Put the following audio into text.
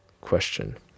question